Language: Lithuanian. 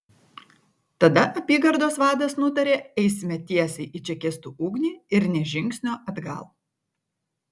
tada apygardos vadas nutarė eisime tiesiai į čekistų ugnį ir nė žingsnio atgal